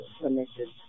connected